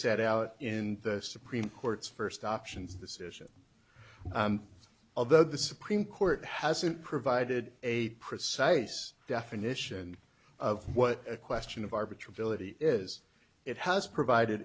set out in the supreme court's first options decision although the supreme court hasn't provided a precise definition of what a question of arbitron filippi is it has provided